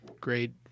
great